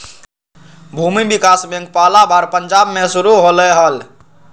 भूमि विकास बैंक पहला बार पंजाब मे शुरू होलय हल